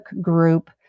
group